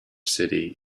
city